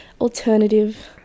alternative